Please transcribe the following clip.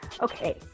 Okay